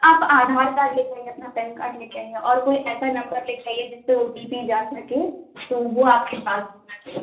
आप आधार कार्ड लेके आइए अपना पैन कार्ड लेके आइए और कोई ऐसा नंबर लेके आइए जिसपे ओ टी पी जा सके तो वो आपके पास रहना चाहिए